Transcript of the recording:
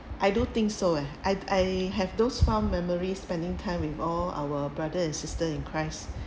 I don't think so eh I I have those fond memories spending time with all our brother and sister in christ